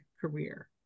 career